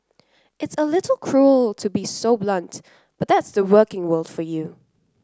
it's a little cruel to be so blunt but that's the working world for you